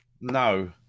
No